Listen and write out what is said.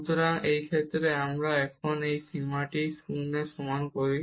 সুতরাং এই ক্ষেত্রে আমরা এখন এই সীমাটি 0 এর সমান করি